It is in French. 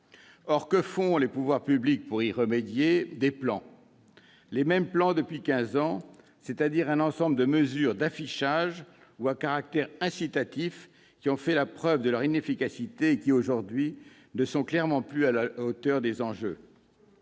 Or, que font les pouvoirs publics pour y remédier ? Des plans ! Les mêmes plans depuis quinze ans ! C'est-à-dire un ensemble de mesures d'affichage ou à caractère incitatif qui ont fait la preuve de leur inefficacité et qui, aujourd'hui, ne sont clairement plus à la hauteur des enjeux.